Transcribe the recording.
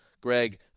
Greg